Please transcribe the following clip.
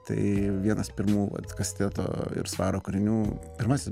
tai vienas pirmųjų vat kasteto ir svaro kūrinių pirmasis